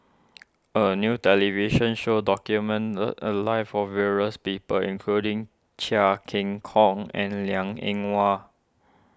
a new television show documented the a lives of various people including Chia Keng Kong and Liang Eng Hwa